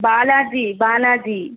Balaji Balaji